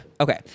Okay